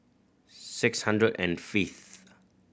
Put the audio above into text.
six hundred and fifth